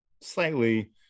slightly